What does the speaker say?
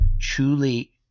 truly